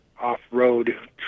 off-road